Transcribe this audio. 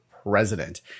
President